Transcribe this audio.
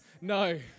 No